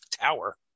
Tower